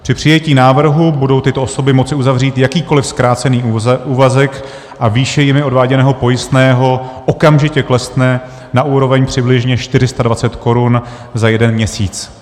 Při přijetí návrhu budou tyto osoby moci uzavřít jakýkoliv zkrácený úvazek a výše jimi odváděného pojistného okamžitě klesne na úroveň přibližně 420 korun za jeden měsíc.